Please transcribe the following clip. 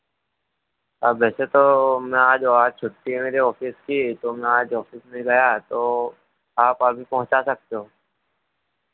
अब वैसे तो मैं आज और आज छुट्टी है मेरे ऑफ़िस की तो मैं आज ऑफ़िस नहीं गया तो आप अभी पहुँचा सकते हो